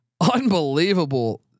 unbelievable